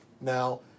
Now